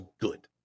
good